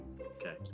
Okay